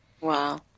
Wow